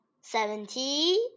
seventy